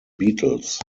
beatles